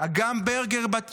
אגם ברגר, בת 19,